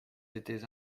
été